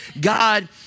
God